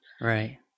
Right